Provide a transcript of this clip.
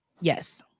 yes